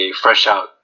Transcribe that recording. fresh-out